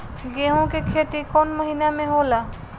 गेहूं के खेती कौन महीना में होला?